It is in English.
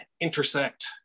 intersect